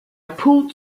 pulled